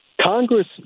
Congress